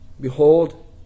behold